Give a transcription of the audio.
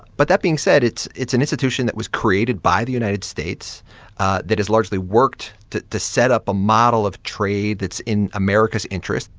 but that being said, it's it's an institution that was created by the united states that has largely worked to to set up a model of trade that's in america's interests.